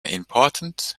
important